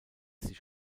sich